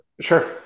Sure